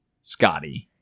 Scotty